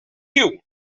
you